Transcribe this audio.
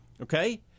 okay